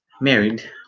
married